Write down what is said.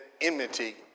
enmity